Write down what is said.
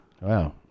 Wow